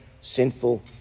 sinful